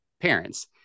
parents